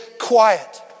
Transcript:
quiet